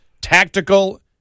tactical